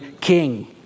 king